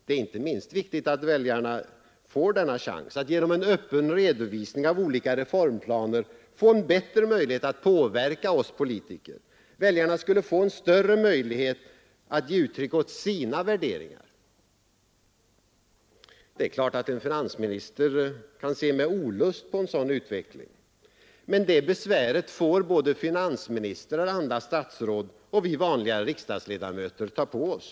Det är inte minst viktigt att väljarna genom öppen redovisning av olika reformplaner får en bättre chans att påverka oss politiker. Väljarna skulle få en större möjlighet att ge uttryck åt sina värderingar. Det är klart att en finansminister kan se med olust på en sådan utveckling, men det besväret får såväl finansministrar som andra statsråd och vi vanliga riksdagsledamöter ta på oss.